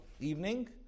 evening